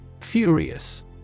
Furious